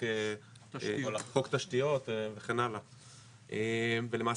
חוק תשתיות וכן הלאה ולמעשה,